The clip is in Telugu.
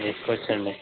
వేసుకోవచ్చు అండి